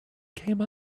came